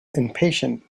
impatient